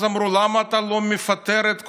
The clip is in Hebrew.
אז אמרו: למה אתה לא מפטר את כולם?